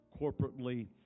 corporately